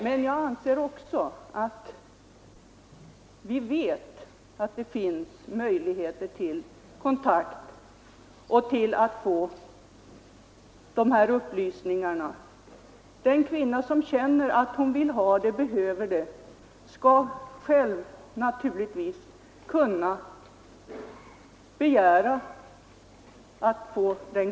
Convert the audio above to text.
Men vi vet att möjlighet att få upplysningar kommer att finnas under alla förhållanden, och den kvinna som känner att hon behöver en sådan kontakt skall naturligtvis själv kunna begära att få den.